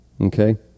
Okay